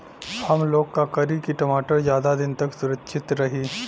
हमलोग का करी की टमाटर ज्यादा दिन तक सुरक्षित रही?